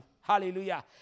Hallelujah